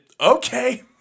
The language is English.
okay